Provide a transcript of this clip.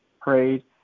prayed